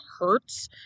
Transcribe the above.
hurts